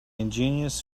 ingenious